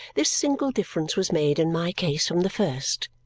this single difference was made in my case from the first.